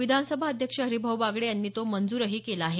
विधानसभा अध्यक्ष हरिभाऊ बागडे यांनी तो मंजूरही केला आहे